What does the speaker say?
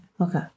Okay